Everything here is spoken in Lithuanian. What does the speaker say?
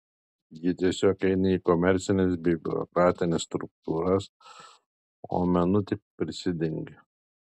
jie tiesiog eina į komercines bei biurokratines struktūras o menu tik prisidengia